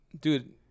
Dude